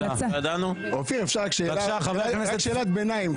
אופיר, אפשר רק שאלת ביניים?